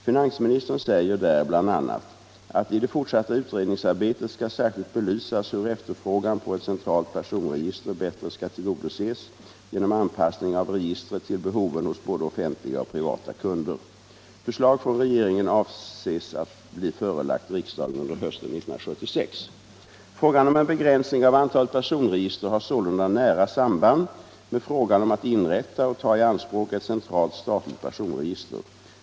Finansministern säger där bl.a. att i det fortsatta utredningsarbetet skall särskilt belysas hur efterfrågan på ett centralt personregister bättre skall tillgodoses genom anpassning av registret till behoven hos både offentliga och privata kunder. Förslag från regeringen avses bli förelagt riksdagen under hösten 1976. Frågan om en begränsning av antalet personregister har sålunda nära samband med frågan om att inrätta och ta i anspråk ett centralt statligt personregister.